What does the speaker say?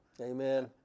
Amen